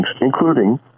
including